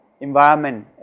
environment